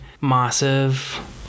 massive